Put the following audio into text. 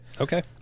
Okay